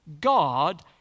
God